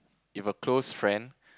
if a close friend